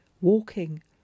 walking